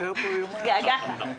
התגעגעת.